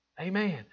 Amen